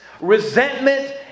resentment